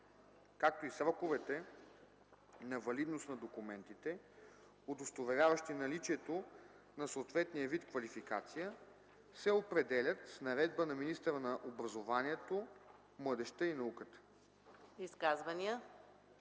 както и сроковете на валидност на документите, удостоверяващи наличието на съответния вид квалификация, се определят с наредба на министъра на образованието, младежта и науката.”